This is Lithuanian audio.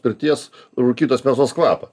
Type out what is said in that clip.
pirties rūkytos mėsos kvapą